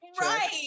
Right